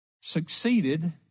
succeeded